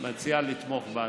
אני מציע לתמוך בהצעה.